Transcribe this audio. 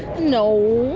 no,